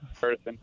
person